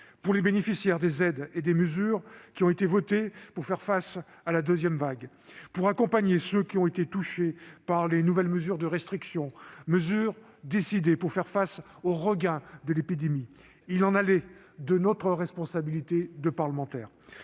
pour les bénéficiaires des aides et des mesures qui ont été votées afin de faire face à la seconde vague, pour accompagner ceux qui ont été touchés par les nouvelles mesures de restriction, décidées pour faire face au regain de l'épidémie. Il y allait de notre responsabilité de parlementaires.